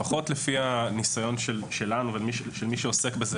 לפחות לפי הניסיון שלנו ושל מי שעוסק בזה